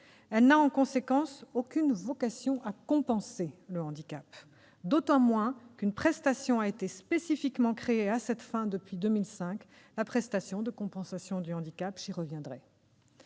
Elle n'a, en conséquence, aucune vocation à « compenser » le handicap, d'autant qu'une prestation a été spécifiquement créée à cette fin depuis 2005 : la prestation de compensation du handicap sur laquelle